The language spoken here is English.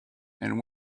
and